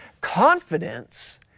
confidence